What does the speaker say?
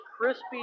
crispy